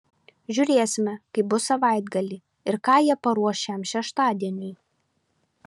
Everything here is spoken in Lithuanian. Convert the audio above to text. žiūrėsime kaip bus savaitgalį ir ką jie paruoš šiam šeštadieniui